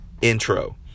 intro